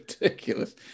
ridiculous